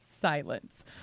silence